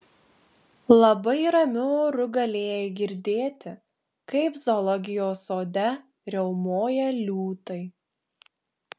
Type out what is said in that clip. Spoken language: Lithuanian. labai ramiu oru galėjai girdėti kaip zoologijos sode riaumoja liūtai